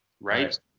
Right